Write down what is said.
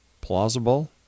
plausible